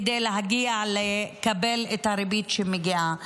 כדי לקבל את הריבית שמגיעה להם.